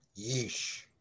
yeesh